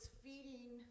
feeding